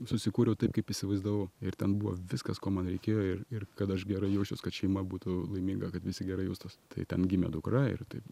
susikūriau taip kaip įsivaizdavau ir ten buvo viskas ko man reikėjo ir ir kad aš gerai jausčiaus kad šeima būtų laiminga kad visi gerai jaustųs tai ten gimė dukra ir taip